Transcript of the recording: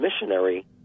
missionary